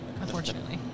unfortunately